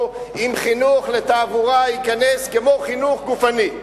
אם חינוך לתעבורה ייכנס כמו חינוך גופני?